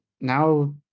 now